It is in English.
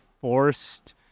forced